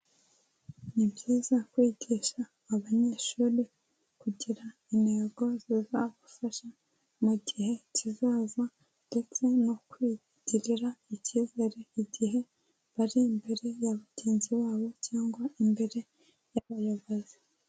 Ni byiza kwigisha abanyeshuri kugira intego zizabafasha mu gihe kizaza, ndetse no kwigirira icyizere igihe bari imbere ya bagenzi babo cyangwa imbere y'abayobozi.